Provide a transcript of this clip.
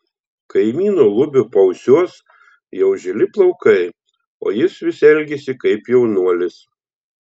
kaimyno lubio paausiuos jau žili plaukai o jis vis elgiasi kaip jaunuolis